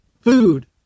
food